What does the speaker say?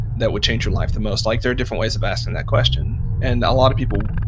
that would change your life the most? like there are different ways of asking that question. and a lot of people,